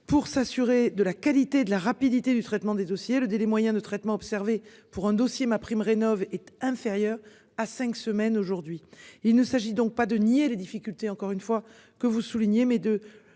Pour s'assurer de la qualité de la rapidité du traitement des dossiers, le délai moyen de traitement observé pour un dossier MaPrimeRénov est inférieur à cinq semaines. Aujourd'hui, il ne s'agit donc pas de nier les difficultés encore une fois que vous soulignez, mais de